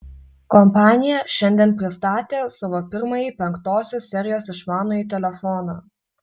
kompanija šiandien pristatė savo pirmąjį penktosios serijos išmanųjį telefoną